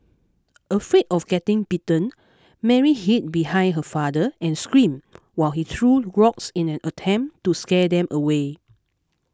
afraid of getting bitten Mary hid behind her father and screamed while he threw rocks in an attempt to scare them away